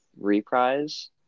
Reprise